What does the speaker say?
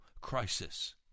crisis